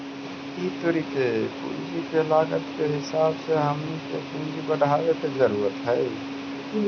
ई तुरी के पूंजी के लागत के हिसाब से हमनी के पूंजी बढ़ाबे के जरूरत हई